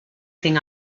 thing